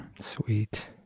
Sweet